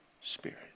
Spirit